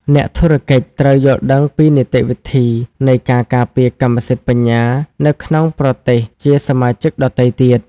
អ្នកធុរកិច្ចត្រូវយល់ដឹងពីនីតិវិធីនៃការការពារកម្មសិទ្ធិបញ្ញានៅក្នុងប្រទេសជាសមាជិកដទៃទៀត។